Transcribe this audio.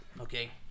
Okay